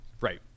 Right